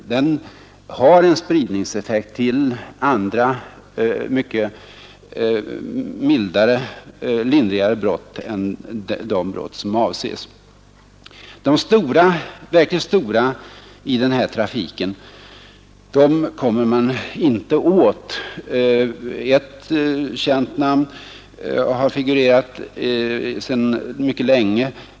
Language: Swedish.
Faktum är att straffhöjningen har en spridningseffekt till andra, mycket lindrigare brott än de brott som avses i lagen. De verkligt stora i den här trafiken kommer man inte åt. Ett känt namn har figurerat mycket länge.